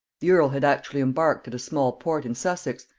the earl had actually embarked at a small port in sussex,